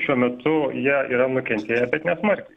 šiuo metu jie yra nukentėję bet nesmarkiai